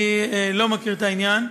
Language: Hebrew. אני לא מכיר את העניין.